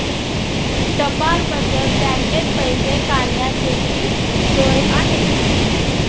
टपाल बचत बँकेत पैसे काढण्याचीही सोय आहे